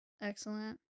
Excellent